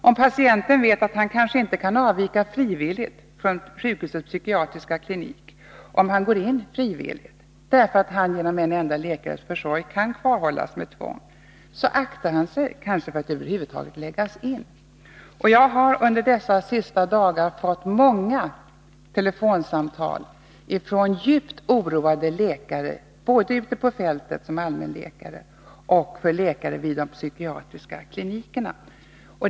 Om patienten vet att han kanske inte kan avvika från sjukhusets psykiatriska klinik om han går in frivilligt därför att han genom en enda läkares försorg kan kvarhållas med tvång, aktar han sig kanske för att över huvud taget låta lägga in sig. Jag har under dessa senaste dagar fått många telefonsamtal från djupt oroade läkare, både allmänläkare ute på fältet och läkare vid de psykiatriska klinikerna.